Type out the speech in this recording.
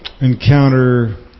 encounter